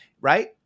Right